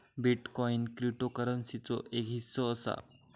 bitcoin क्रिप्टोकरंसीचोच एक हिस्सो असा